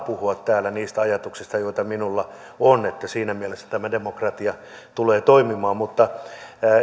puhua täällä niistä ajatuksista joita minulla on että siinä mielessä tämä demokratia tulee toimimaan mutta kun